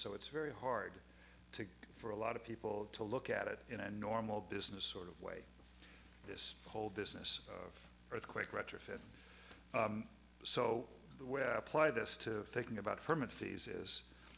so it's very hard to for a lot of people to look at it in a normal business sort of way this whole business of earthquake retrofit so where apply this to thinking about